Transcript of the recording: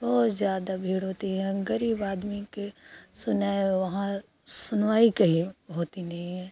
बहुत ज़्यादा भीड़ होती है हम ग़रीब आदमी की सुनाई वहाँ सुनवाई कहीं होती नहीं है